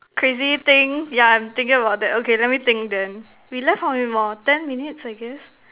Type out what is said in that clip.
crazy thing yeah I'm thinking about that okay let me think then we left how many more ten minutes I guess